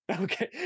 Okay